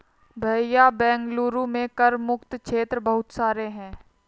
भैया बेंगलुरु में कर मुक्त क्षेत्र बहुत सारे हैं